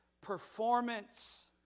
performance